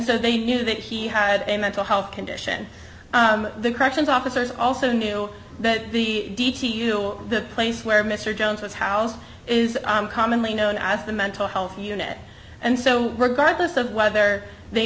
so they knew that he had a mental health condition the corrections officers also knew that the the place where miss jones was housed is commonly known as the mental health unit and so regardless of whether they